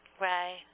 Right